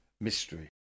mystery